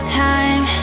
time